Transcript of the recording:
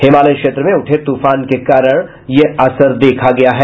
हिमालय क्षेत्र में उठे तूफान के कारण यह असर देखा गया है